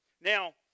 Now